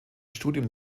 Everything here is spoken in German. studium